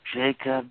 Jacob